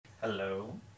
Hello